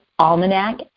Almanac